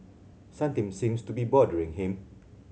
something seems to be bothering him